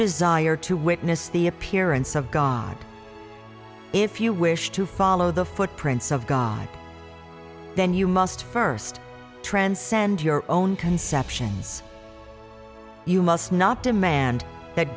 desire to witness the appearance of god if you wish to follow the footprints of god then you must st transcend your own conceptions you must not demand that